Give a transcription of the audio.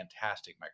fantastic